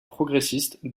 progressistes